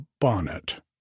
bonnet